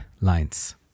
lines